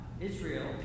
Israel